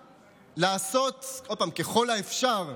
פעם, ככל האפשר,